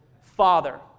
Father